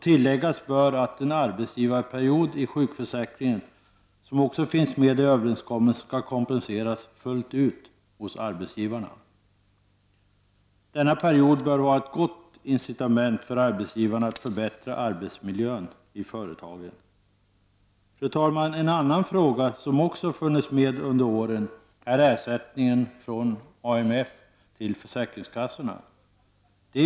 Tilläggas bör att den arbetsgivarperiod i sjukförsäkringen som också finns med i överenskommelsen skall kompenseras fullt ut hos arbetsgivarna. Denna period bör vara ett gott incitament för arbetsgivarna att förbättra arbetsmiljön i företagen. Fru talman! En annan fråga som också har funnits med under åren är ersättningen från AMF till försäkringskassorna.